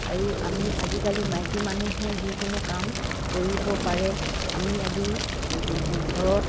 আৰু আমি আজিকালি মাইকী মানুহে যিকোনো কাম কৰিব পাৰে আমি আজি ঘৰত